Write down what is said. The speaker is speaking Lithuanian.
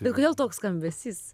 bet kodėl toks skambesys